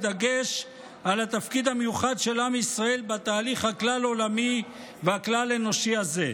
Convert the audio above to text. בדגש על התפקיד המיוחד של עם ישראל בתהליך הכלל-עולמי והכלל-אנושי הזה.